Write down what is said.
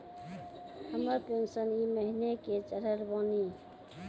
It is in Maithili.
हमर पेंशन ई महीने के चढ़लऽ बानी?